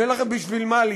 ואין לכם בשביל מה להסתתר.